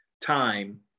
time